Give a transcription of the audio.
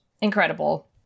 Incredible